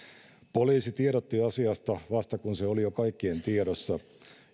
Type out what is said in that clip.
poliisi tiedotti asiasta vasta kun se oli jo kaikkien tiedossa